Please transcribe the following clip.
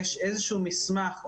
בנוסף,